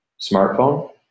smartphone